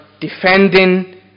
defending